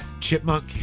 chipmunk